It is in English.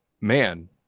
man